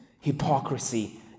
hypocrisy